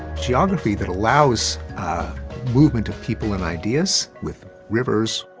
geography that allows a movement of people and ideas with rivers,